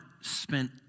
spent